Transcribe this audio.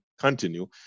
continue